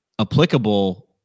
applicable